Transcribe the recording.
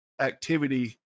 activity